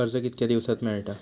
कर्ज कितक्या दिवसात मेळता?